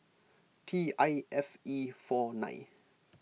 T I F E four nine